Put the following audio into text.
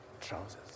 trousers